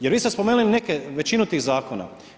Jer vi ste spomenuli neke, većinu tih zakona.